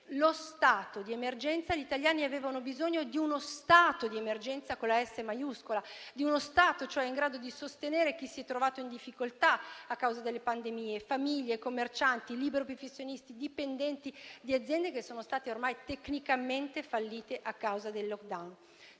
stato di emergenza, gli italiani avevano bisogno di uno Stato di emergenza (con la S maiuscola), di uno Stato, cioè, in grado di sostenere chi si è trovato in difficoltà a causa della pandemia: famiglie, commercianti, liberi professionisti, dipendenti di aziende che sono ormai tecnicamente fallite a causa del *lockdown*.